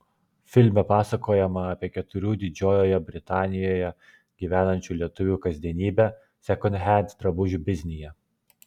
filme pasakojama apie keturių didžiojoje britanijoje gyvenančių lietuvių kasdienybę sekondhend drabužių biznyje